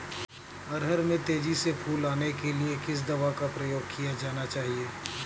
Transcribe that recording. अरहर में तेजी से फूल आने के लिए किस दवा का प्रयोग किया जाना चाहिए?